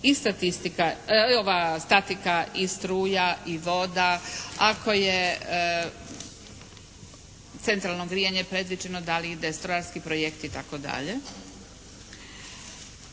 statika i struja i voda. Ako je centralno grijanje predviđeno da li ide strojarski projekt i tako dalje.